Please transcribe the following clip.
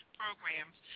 programs